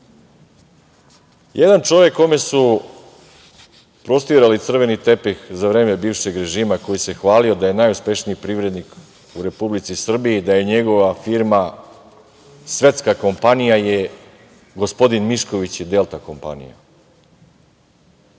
čovek kome su prostirali crveni tepih za vreme bivšeg režima koji se hvalio da je najuspešniji privrednik u Republici Srbiji, da je njegova firma svetska kompanija je gospodin Mišković i „Delta“ kompanija.